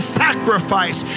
sacrifice